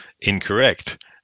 incorrect